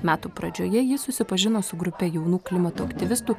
metų pradžioje ji susipažino su grupe jaunų klimato aktyvistų